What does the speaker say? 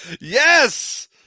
Yes